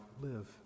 live